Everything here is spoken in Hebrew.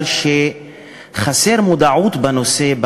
מפני שבחברה הערבית חסרה מודעות לנושא,